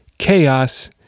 chaos